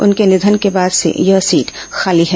उनके निधन के बाद से यह सीट खाली है